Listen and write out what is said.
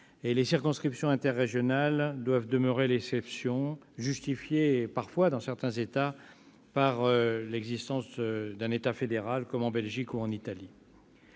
Les circonscriptions interrégionales doivent demeurer l'exception, parfois justifiées par l'existence d'un État fédéral comme en Belgique ou en Italie.